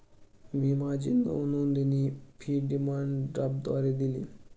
मी माझी नावनोंदणी fee demand ड्राफ्टद्वारे दिली